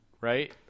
right